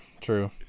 true